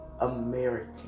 American